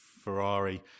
Ferrari